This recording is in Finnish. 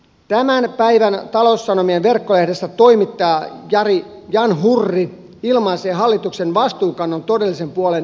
tämän päivän taloussanomien verkkolehdessä toimittaja jan hurri ilmaisee hallituksen vastuunkannon todellisen puolen ymmärrettävästi